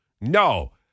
no